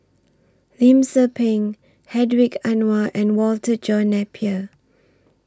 Lim Tze Peng Hedwig Anuar and Walter John Napier